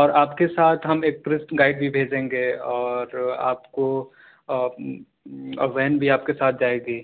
اور آپ کے ساتھ ہم ایک ٹورسٹ گائڈ بھی بھیج دیں گے اور آپ کو وین بھی آپ کے ساتھ جائے گی